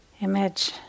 image